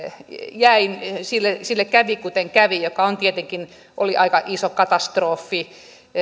jäi sille sille kävi kuten kävi mikä tietenkin oli aika iso katastrofi ja